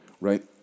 right